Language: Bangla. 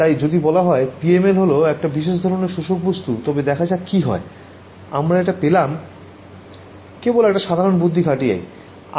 তাই যদি বলা হয় PML হল একটা বিশেষ ধরনের শোষক বস্তু তবে দেখা যাক কি হয় আমরা এটা পেলাম কেবল একটা সাধারণ বুদ্ধি খাটিয়েই